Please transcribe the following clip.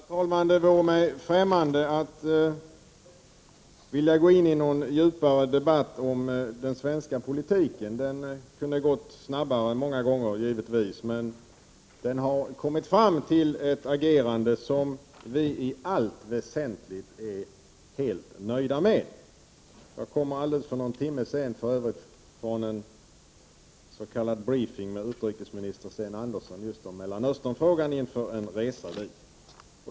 Herr talman! Det vore mig främmande att vilja gå in i någon djupare debatt om den svenska Mellanösternpolitiken. Den kunde ha gått snabbare många gånger, givetvis, men den har kommit fram till ett agerande som vi i allt väsentligt är helt nöjda med. Jag kom för övrigt för någon timme sedan från en s.k. briefing med utrikesminister Sten Andersson just om Mellanösternfrågan inför en resa dit.